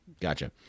Gotcha